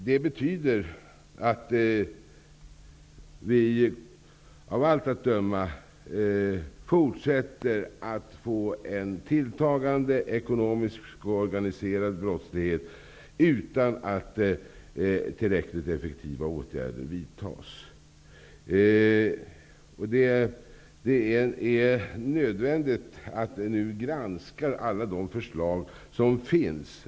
Det betyder att den ekonomiska och organiserade brottsligheten av allt att döma fortsätter att tillta, utan att tillräckligt effektiva åtgärder vidtas. Det är nödvändigt att vi nu granskar alla de förslag som finns.